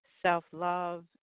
self-love